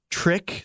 trick